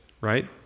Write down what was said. right